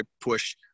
push